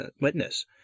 witness